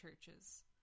churches